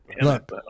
Look